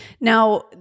Now